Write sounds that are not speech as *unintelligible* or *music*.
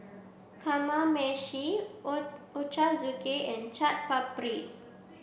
Kamameshi *unintelligible* Ochazuke and Chaat Papri